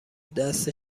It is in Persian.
دست